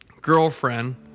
girlfriend